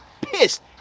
pissed